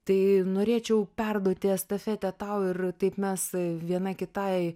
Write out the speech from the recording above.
tai norėčiau perduoti estafetę tau ir taip mes viena kitai